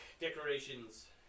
decorations